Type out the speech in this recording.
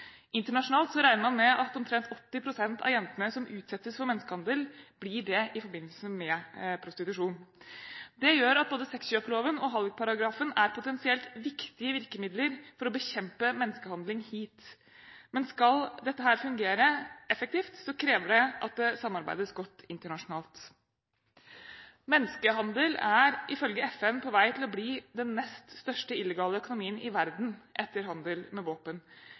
Internasjonalt regner man med at omtrent 80 pst. av jentene som utsettes for menneskehandel, blir det i forbindelse med prostitusjon. Det gjør at både sexkjøploven og hallikparagrafen er potensielt viktige virkemidler for å bekjempe menneskehandling hit. Men skal dette fungere effektivt, krever det at det samarbeides godt internasjonalt. Menneskehandel er ifølge FN på vei til å bli den nest største illegale økonomien i verden etter handel med våpen.